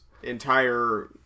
entire